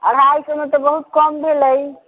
अढ़ाइ सए मे तऽ बहुत कम भेलै